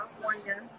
California